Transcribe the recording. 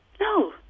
No